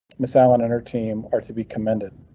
miss allen and her team are to be commended.